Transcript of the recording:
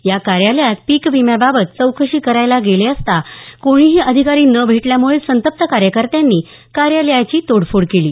या कार्यालयात पीक विम्याबाबत चौकशी करायला गेले असतांना कोणीही अधिकारी न भेटल्यामुळे संतप्त कार्यकर्त्यांनी कार्यालयाची तोडफोड केली